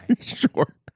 Sure